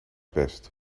best